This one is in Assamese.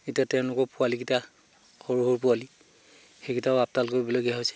এতিয়া তেওঁলোকৰ পোৱালিকেইটা সৰু সৰু পোৱালি সেইকেইটাও আপডাল কৰিবলগীয়া হৈছে